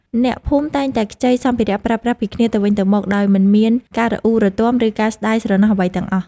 អ្នកភូមិតែងតែខ្ចីសម្ភារៈប្រើប្រាស់ពីគ្នាទៅវិញទៅមកដោយមិនមានការរអ៊ូរទាំ ឬការស្ដាយស្រណោះអ្វីទាំងអស់។